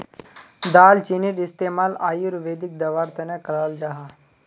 दालचीनीर इस्तेमाल आयुर्वेदिक दवार तने कराल जाहा